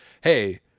hey